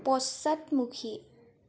পশ্চাদমুখী